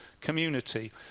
community